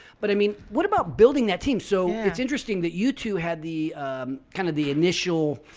but i mean, what about building that team? so it's interesting that you two had the kind of the initial,